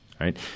right